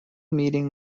meeting